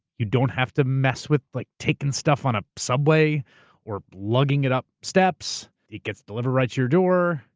you don't have to mess with like taking stuff on a subway or lugging it up steps. it gets delivered right to your door.